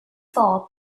for